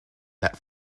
that